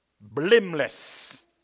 blameless